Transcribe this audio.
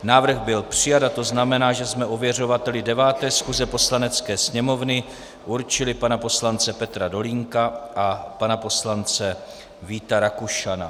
Návrh byl přijat, to znamená, že jsme ověřovateli 9. schůze Poslanecké sněmovny určili pana poslance Petra Dolínka a pana poslance Víta Rakušana.